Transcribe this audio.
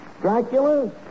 Dracula